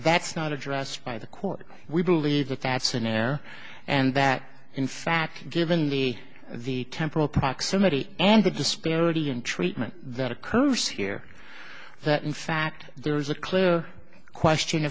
that's not addressed by the court we believe that that's an air and that in fact given the the temporal proximity and the disparity in treatment that occurs here that in fact there is a clear question